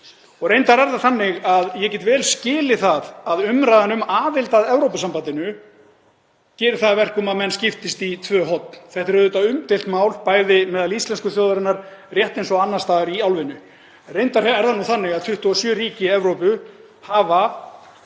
Reyndar er það þannig að ég get vel skilið það að umræðan um aðild að Evrópusambandinu gerir það að verkum að menn skiptist í tvö horn. Þetta er auðvitað umdeilt mál, bæði meðal íslensku þjóðarinnar, rétt eins og annars staðar í álfunni. Reyndar er það nú þannig að 27 ríki Evrópu hafa